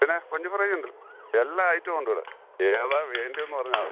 പിന്നെ കൊഞ്ച് ഫ്രൈ ഉണ്ട് എല്ലാ ഐറ്റവും ഉണ്ട് ഇവിടെ ഏതാണ് വേണ്ടതെന്ന് പറഞ്ഞാൽ മതി